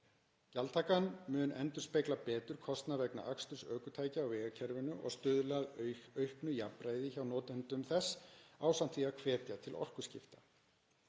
Gjaldtakan mun endurspegla betur kostnað vegna aksturs ökutækja á vegakerfinu og stuðla að auknu jafnræði hjá notendum þess ásamt því að hvetja til orkuskipta.